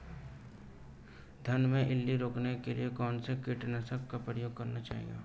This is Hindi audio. धान में इल्ली रोकने के लिए कौनसे कीटनाशक का प्रयोग करना चाहिए?